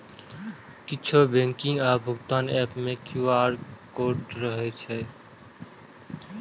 किछु बैंकिंग आ भुगतान एप मे क्यू.आर कोड रहै छै